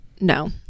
no